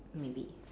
maybe